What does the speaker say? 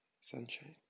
sunshine